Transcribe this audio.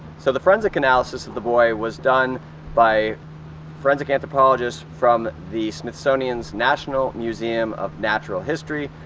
so the forensic analysis of the boy was done by forensic anthropologists from the smithsonian's national museum of natural history.